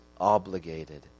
obligated